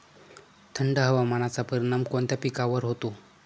थंड हवामानाचा परिणाम कोणत्या पिकावर होतो?